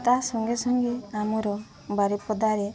ତା ସଙ୍ଗେ ସଙ୍ଗେ ଆମର ବାରିପଦାରେ